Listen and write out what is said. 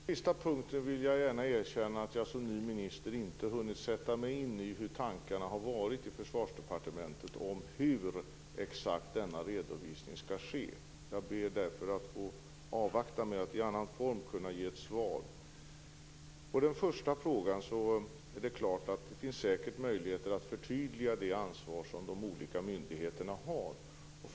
Herr talman! På den sista punkten vill jag gärna erkänna att jag som ny minister inte har hunnit sätta mig in i vilka tankar man haft på Försvarsdepartementet om exakt hur denna redovisning skall ske. Jag ber därför att få avvakta med svaret. Vad gäller den första frågan finns det säkert möjligheter att förtydliga de olika myndigheternas ansvar.